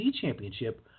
championship